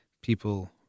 people